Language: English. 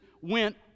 went